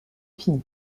fini